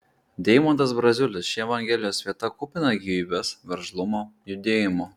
deimantas braziulis ši evangelijos vieta kupina gyvybės veržlumo judėjimo